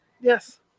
Yes